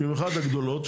במיוחד הגדולות,